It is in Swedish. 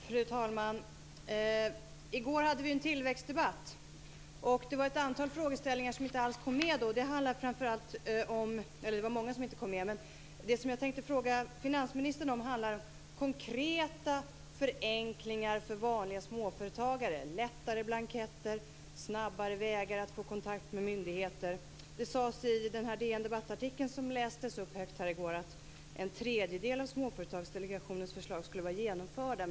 Fru talman! I går hade vi en tillväxtdebatt. Det var ett antal frågor som inte alls kom med. Det som jag tänkte fråga finansministern om handlar om konkreta förenklingar för vanliga småföretagare, enklare blanketter, snabbare vägar att få kontakt med myndigheter. Det sades i den DN-debattartikel som lästes upp i går att en tredjedel av Småföretagardelegationens förslag skulle vara genomförda.